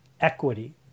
equity